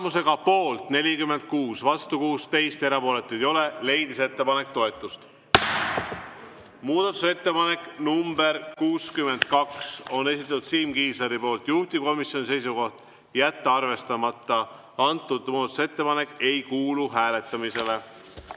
Muudatusettepaneku nr 62 on esitanud Siim Kiisler, juhtivkomisjoni seisukoht on jätta arvestamata. Antud muudatusettepanek ei kuulu hääletamisele.